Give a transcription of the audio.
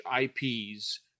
IPs